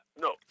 no